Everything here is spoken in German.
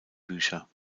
bücher